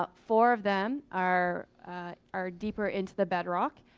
ah four of them are are deeper into the bedrock.